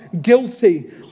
guilty